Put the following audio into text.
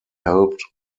helped